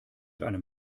einem